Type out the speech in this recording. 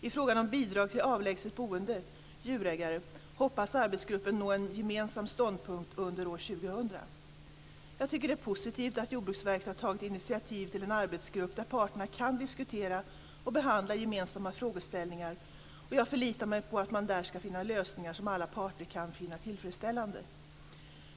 I frågan om bidrag till avlägset boende djurägare hoppas arbetsgruppen nå en gemensam ståndpunkt under år 2000. Jag tycker att det är positivt att Jordbruksverket har tagit initiativ till en arbetsgrupp där parterna kan diskutera och behandla gemensamma frågeställningar, och jag förlitar mig på att man där ska finna lösningar som alla parter kan finna tillfredsställande.